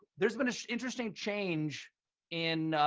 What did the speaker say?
there's been an interesting change in,